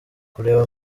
kureba